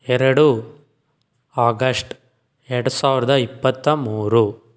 ಎರಡು ಆಗಶ್ಟ್ ಎರಡು ಸಾವಿರದ ಇಪ್ಪತ್ತ ಮೂರು